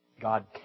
God